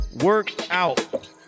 workout